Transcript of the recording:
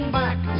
back